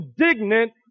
indignant